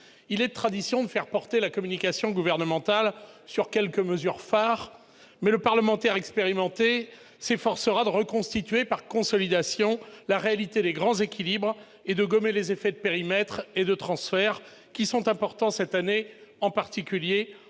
Il est de tradition de faire porter la communication gouvernementale sur quelques mesures phares, mais le parlementaire expérimenté s'efforcera de reconstituer par consolidation la réalité des grands équilibres et de gommer les effets de périmètre et de transferts, importants cette année, en particulier